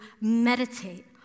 meditate